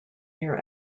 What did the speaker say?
year